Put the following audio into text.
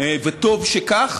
וטוב שכך,